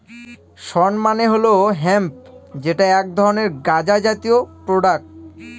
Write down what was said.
শণ মানে হল হেম্প যেটা এক ধরনের গাঁজা জাতীয় প্রোডাক্ট